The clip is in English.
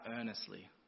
earnestly